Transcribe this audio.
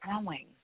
growing